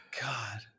God